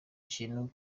kintu